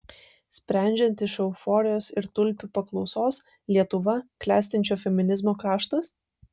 sprendžiant iš euforijos ir tulpių paklausos lietuva klestinčio feminizmo kraštas